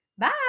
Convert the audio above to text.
Bye